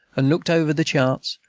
and looked over the charts,